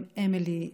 גם של אמילי,